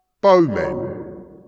Bowmen